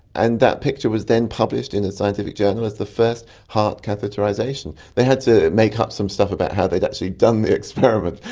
and that picture was then published in a scientific journal as the first heart catheterisation. they had to make up some stuff about how they'd actually done the experiment,